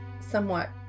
somewhat